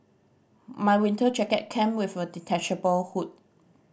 my winter jacket came with a detachable hood